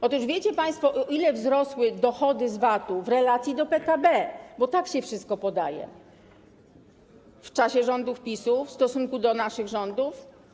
Otóż wiecie państwo, o ile wzrosły dochody z VAT-u w relacji do PKB - bo tak się wszystko podaje - w czasie rządów PiS-u w stosunku do naszych rządów?